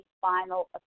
final